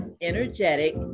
energetic